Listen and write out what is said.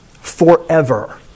forever